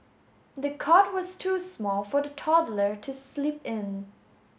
the cot was too small for the toddler to sleep in